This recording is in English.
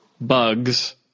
bugs